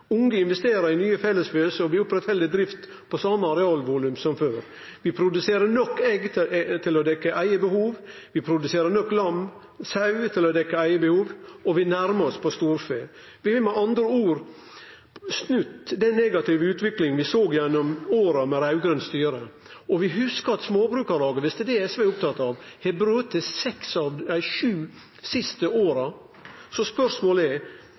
Unge investerer i nye fellesfjøs, og vi opprettheld drift på same arealvolum som før. Vi produserer nok egg til å dekkje eige behov, vi produserer nok sau til å dekkje eige behov, og vi nærmar oss på storfe. Vi har med andre ord snudd den negative utviklinga vi såg gjennom åra med raud-grønt styre, og vi hugsar at Småbrukarlaget, viss det er det SV er opptatt av, har brote seks av dei sju siste åra. Spørsmålet er: